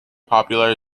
popular